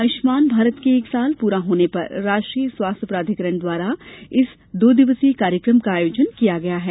आयुष्मान भारत के एक साल पूरा होने पर राष्ट्रीय स्वास्थ्य प्राधिकरण द्वारा इस दो दिवसीय कार्यक्रम का आयोजन किया गया है